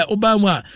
Obama